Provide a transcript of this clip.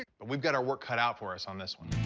but we've got our work cut out for us on this one.